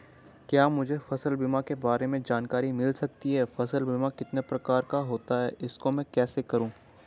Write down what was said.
क्या मुझे फसल बीमा के बारे में जानकारी मिल सकती है फसल बीमा कितने प्रकार का होता है इसको मैं कैसे करूँ?